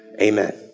Amen